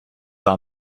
are